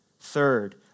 Third